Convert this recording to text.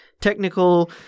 technical